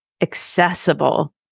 accessible